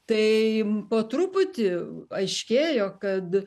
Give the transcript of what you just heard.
tai po truputį aiškėjo kad